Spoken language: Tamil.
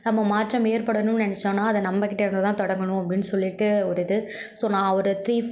நம்ம மாற்றம் ஏற்படணும்னு நெனைச்சோன்னா அதை நம்மகிட்ட இருந்து தான் தொடங்கணும் அப்படின்னு சொல்லிவிட்டு ஒரு இது ஸோ நான் ஒரு